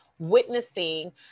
witnessing